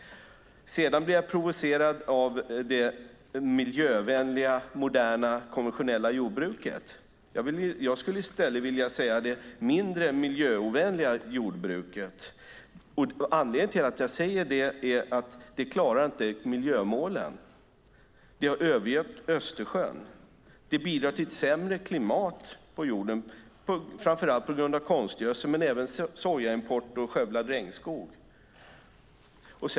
Jag blev provocerad av det som sades om det miljövänliga moderna konventionella jordbruket. Jag skulle i stället vilja säga: det mindre miljöovänliga jordbruket. Anledningen till att jag säger det är att det inte klarar miljömålen. Det har övergött Östersjön. Det bidrar till ett sämre klimat på jorden framför allt på grund av konstgödsel men också på grund av sojaimport och skövlad regnskog.